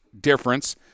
difference